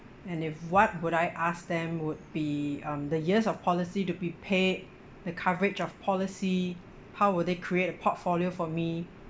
and if what would I ask them would be um the years of policy to be paid the coverage of policy how would they create a portfolio for me